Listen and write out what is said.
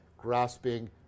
grasping